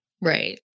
Right